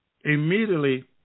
immediately